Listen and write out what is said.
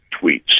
tweets